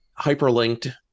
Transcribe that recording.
hyperlinked